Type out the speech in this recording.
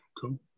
Cool